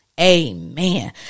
amen